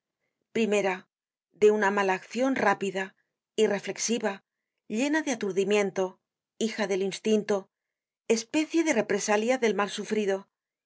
primera de una mala accion rápida irreflexiva llena de aturdimiento hija del instinto especie de represalia del mal sufrido